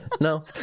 no